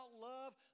love